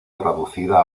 traducida